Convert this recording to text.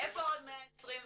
איפה עוד 125?